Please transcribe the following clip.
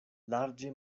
larĝe